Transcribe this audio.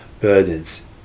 burdens